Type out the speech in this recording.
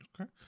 Okay